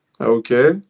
okay